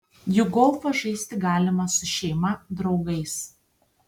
juk golfą žaisti galima su šeima draugais